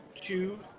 two